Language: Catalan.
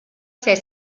ser